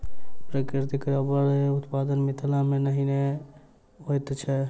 प्राकृतिक रबड़क उत्पादन मिथिला मे नहिये होइत छै